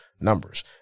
numbers